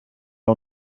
are